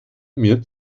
mir